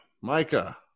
micah